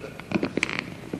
לפחות בסוף אני מסכים אתך.